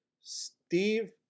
Steve